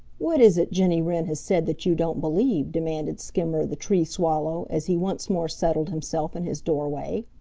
what is it jenny wren has said that you don't believe? demanded skimmer the tree swallow, as he once more settled himself in his doorway.